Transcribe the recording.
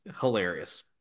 Hilarious